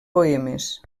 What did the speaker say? poemes